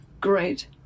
Great